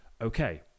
okay